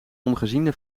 ongeziene